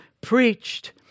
preached